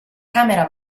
camera